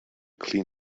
clean